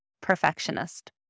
perfectionist